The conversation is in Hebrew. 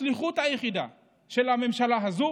השליחות היחידה של הממשלה הזו